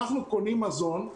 אנחנו קונים מזון,